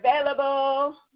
available